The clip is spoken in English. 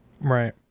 Right